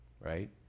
right